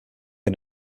had